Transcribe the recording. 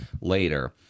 later